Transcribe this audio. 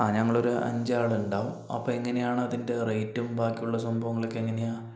ആ ഞങ്ങളൊരു അഞ്ചാളുണ്ടാകും അപ്പം എങ്ങനെയാണ് അതിൻ്റെ റേറ്റും ബാക്കിയുള്ള സംഭവങ്ങളക്കെ എങ്ങനെയാണ്